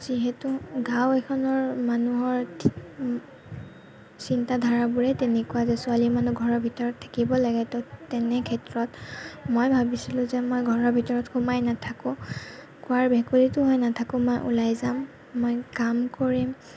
যিহেতু গাওঁ এখনৰ মানুহৰ চিন্তা ধাৰাবোৰেই তেনেকুৱা যে ছোৱালী মানুহ ঘৰৰ ভিতৰত থাকিব লাগে ত' তেনেক্ষেত্ৰত মই ভাবিছিলো যে মই ঘৰৰ ভিতৰত সোমাই নাথাকো কুঁৱাৰ ভেকুলীটো হৈ নাথাকো মই ওলাই যাম মই কাম কৰিম